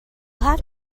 have